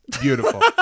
beautiful